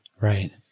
Right